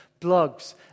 blogs